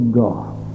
god